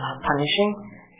punishing